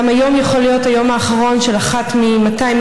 גם היום יכול להיות היום האחרון של אחת מ-200,000